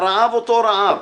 הרעב אותו רעב.